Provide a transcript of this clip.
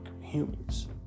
humans